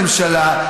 הממשלה,